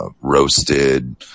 roasted